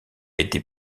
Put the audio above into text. été